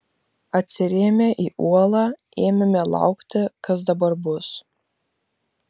atsirėmę į uolą ėmėme laukti kas dabar bus